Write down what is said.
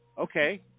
Okay